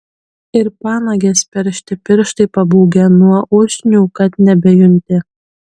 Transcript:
ir panagės peršti pirštai pabūgę nuo usnių kad nebejunti